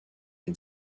can